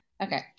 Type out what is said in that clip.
Okay